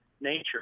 nature